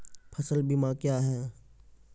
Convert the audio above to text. फसल बीमा क्या हैं?